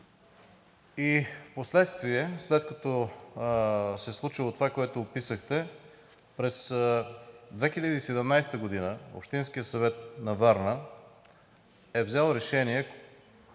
и впоследствие, след като се е случило това, което описахте, през 2017 г. Общинският съвет на Варна е взел решение